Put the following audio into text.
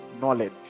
knowledge